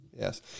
Yes